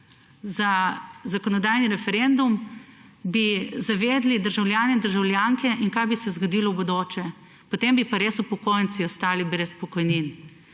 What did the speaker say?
za zakonodajni referendum, zavedli državljane in državljanke . In kaj bi se zgodilo v bodoče? Potem bi pa res upokojenci ostali brez pokojnin.